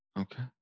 Okay